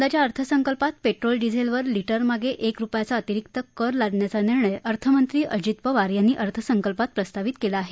राज्याच्या यंदाच्या अर्थसंकल्पात पेट्रोल डिझेलवर लिटरमागे एक रुपयाचा अतिरीक्त कर लादण्याचा निर्णय अर्थमंत्री अजित पवार यांनी अर्थसंकल्पात प्रस्तावित केला आहे